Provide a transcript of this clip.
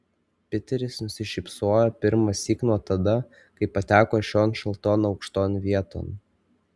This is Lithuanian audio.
piteris nusišypsojo pirmąsyk nuo tada kai pateko šion šalton aukšton vieton